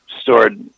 stored